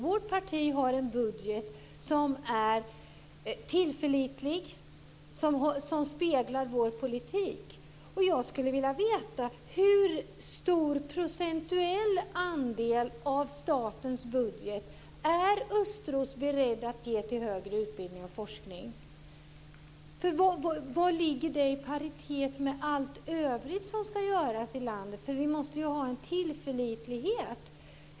Vårt parti har en budget som är tillförlitlig och som speglar vår politik. Jag skulle vilja veta hur stor procentuell andel av statens budget som Östros är beredd att ge till högre utbildning och forskning. Var ligger det, i paritet med allt övrigt som ska göras i landet? Vi måste ju ha en tillförlitlighet.